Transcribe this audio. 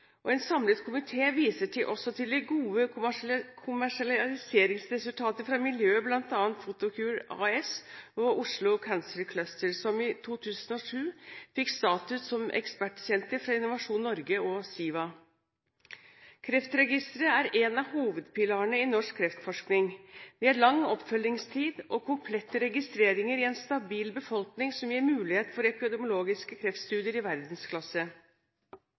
En samlet komité viser også til de gode kommersialiseringsresultater fra miljøet, bl.a. Photocure ASA og Oslo Cancer Cluster, som i 2007 fikk status som ekspertsenter fra Innovasjon Norge og SIVA. Kreftregisteret er en av hovedpilarene i norsk kreftforskning. De har lang oppfølgingstid og komplette registreringer i en stabil befolkning som gir mulighet for epidemiologiske kreftstudier i verdensklasse.